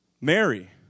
Mary